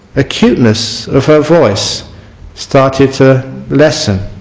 acuteness of her voice started to lessen